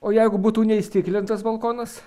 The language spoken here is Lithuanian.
o jeigu būtų neįstiklintas balkonas